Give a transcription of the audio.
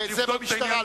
זה במשטרה,